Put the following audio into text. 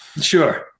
Sure